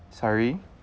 sorry